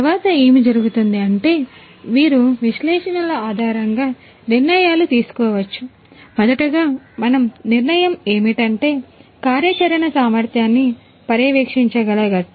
తరువాత ఏమి జరుగుతుంది అంటే మీరు విశ్లేషణల ఆధారంగా నిర్ణయాలు తీసుకోవచ్చు మొదటగా మనము నిర్ణయము ఏమిటంటే కార్యాచరణ సామర్థ్యాన్ని పర్యవేక్షించగల గటం